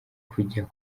kujya